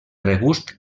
regust